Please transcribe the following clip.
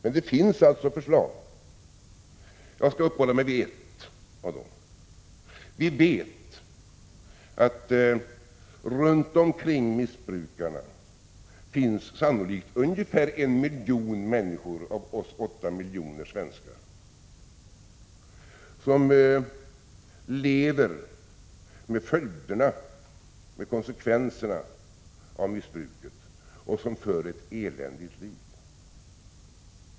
Men det finns alltså förslag, och jag skall uppehålla mig vid ett av dem. Runt omkring missbrukarna lever ungefär en miljon av åtta miljoner svenskar med konsekvenserna av missbruket och för ett eländigt liv.